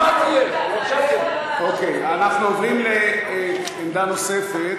אנחנו עוברים לעמדה נוספת.